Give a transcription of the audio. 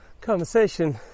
conversation